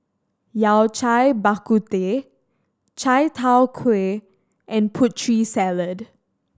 Yao Cai Bak Kut Teh chai tow kway and Putri Salad